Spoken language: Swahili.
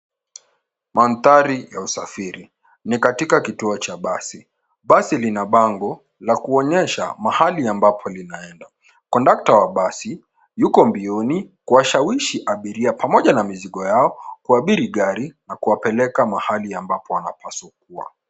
Manthari ya usafiri. Ni katika kituo cha basi. Basi lina bango, la kuonyesha mahali ambapo linaenda. Kondakta wa basi, yuko mbioni kuwashawishi abiria pamoja na mizigo yao kuabiri gari na kuwapeleka mahali ambapo wanapaswa kuwa.